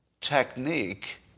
technique